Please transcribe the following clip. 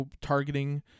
targeting